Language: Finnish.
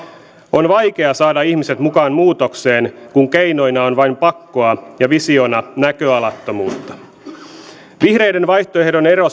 on vaikeaa saada ihmiset mukaan muutokseen kun keinoina on vain pakkoa ja visiona näköalattomuutta vihreiden vaihtoehdon ero